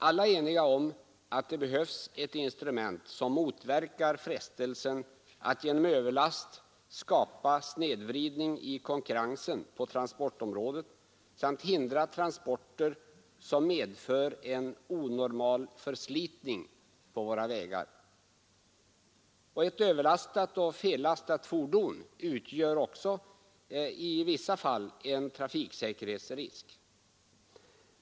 Alla är eniga om att det behövs ett instrument som motverkar frestelsen att genom överlast skapa snedvridning i konkurrensen på transportområdet samt hindra transporter som medför en onormal förslitning på våra vägar. Ett överlastat och fellastat fordon utgör också i vissa fall en trafiksäkerhetsrisk.